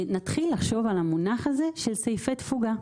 נתחיל לחשוב על המונח הזה של סעיפי תפוגה.